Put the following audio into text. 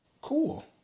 Cool